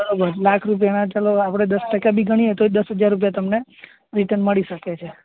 બરાબર લાખ રૂપિયાના ચાલો આપણે દસ ટકા બી ગણીએ તોય દસ હજાર રૂપિયા તમને રિટર્ન મળી શકે છે